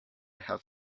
have